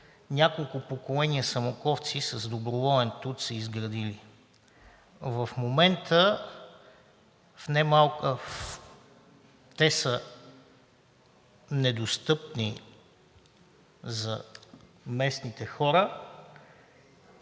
няколко поколения самоковци с доброволен труд са изградили. В момента те са недостъпни за местните хора.